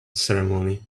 ceremony